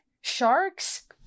Sharks